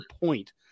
point